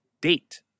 date